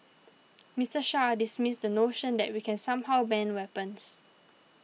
Mister Shah dismissed the notion that we can somehow ban weapons